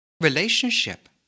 relationship